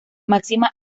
máxima